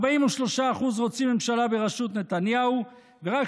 43% רוצים ממשלה בראשות נתניהו ורק